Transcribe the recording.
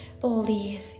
believe